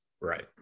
Right